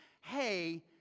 Hey